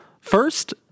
First